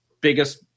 biggest